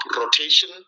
rotation